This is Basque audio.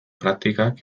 praktikak